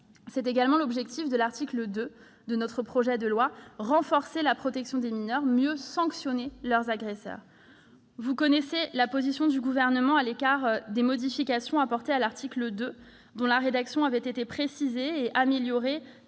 cet arsenal juridique. Nous souhaitons donc renforcer la protection des mineurs et mieux sanctionner leurs agresseurs. Vous connaissez la position du Gouvernement à l'égard des modifications apportées à l'article 2, dont la rédaction avait été précisée et améliorée